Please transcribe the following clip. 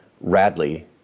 Radley